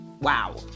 wow